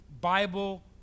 Bible